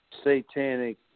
satanic